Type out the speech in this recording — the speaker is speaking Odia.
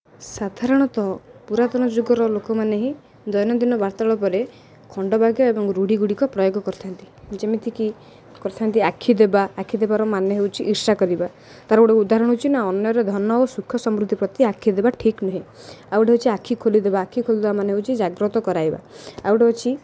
ସାଧାରଣତଃ ପୁରାତନ ଯୁଗର ଲୋକମାନେ ହିଁ ଦୈନନ୍ଦିନ ବାର୍ତ୍ତାଳାପରେ ଖଣ୍ଡବାକ୍ୟ ଏବଂ ରୂଢ଼ିଗୁଡ଼ିକ ପ୍ରୟୋଗ କରିଥାନ୍ତି ଯେମିତିକି କରିଥାନ୍ତି ଆଖି ଦେବା ଆଖି ଦେବାର ମାନେ ହେଉଛି ଇର୍ଷା କରିବା ତା'ର ଗୋଟେ ଉଦାହରଣ ହେଉଛି ନା ଅନ୍ୟର ଧନ ଓ ସୁଖ ସମୃଦ୍ଧି ପ୍ରତି ଆଖି ଦେବା ଠିକ୍ ନୁହେଁ ଆଉ ଗୋଟେ ହେଉଛି ଆଖି ଖୋଲିଦେବା ଆଖି ଖୋଲିଦେବା ମାନେ ହେଉଛି ଜାଗ୍ରତ କରାଇବା ଆଉ ଗୋଟେ ଅଛି